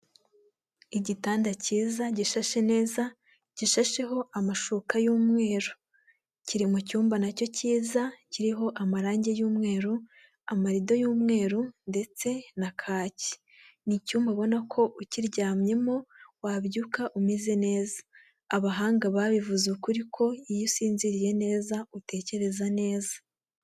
Igitanda kiza gishashe neza gishasheho amashoka y'umweru kiri mu cyumba, nacyo kiza kiriho amarangi yumweru, amarido y'umweru ndetse na kaki, ni icyumba ubona ko ukiryamyemo wabyuka umeze neza, abahanga babivuze ukuri ko iyo usinziriye neza utekereza neza.